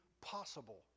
possible